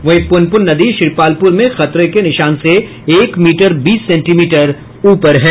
वहीं प्रनपुन नदी श्रीपालपुर में खतरे के निशान से एक मीटर बीस सेंटीमीटर ऊपर है